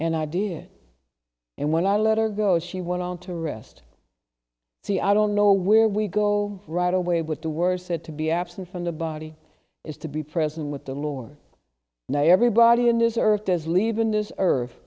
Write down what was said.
and i did and when i let her go she went on to rest see i don't know where we go right away with the words said to be absent from the body is to be present with the lord now everybody in this earth as live in this earth